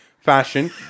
fashion